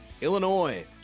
Illinois